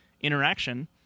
interaction